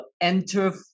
enter